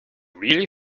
really